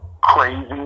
crazy